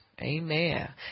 Amen